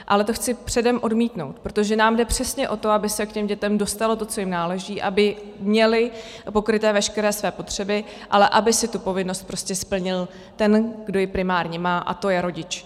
Ale to chci předem odmítnout, protože nám jde přesně o to, aby se k těm dětem dostalo to, co jim náleží, aby měly pokryté veškeré své potřeby, ale aby tu povinnost prostě splnil ten, kdo ji primárně má, a to je rodič.